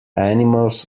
animals